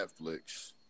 Netflix